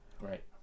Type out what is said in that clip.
Right